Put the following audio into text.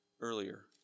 earlier